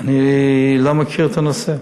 אני לא מכיר את הנושא,